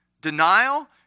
denial